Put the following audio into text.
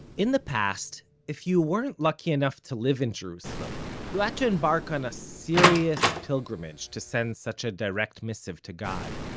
in the past, if you weren't lucky enough to live in jerusalem, you had ah to embark on a serious pilgrimage to send such a direct missive to god.